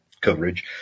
coverage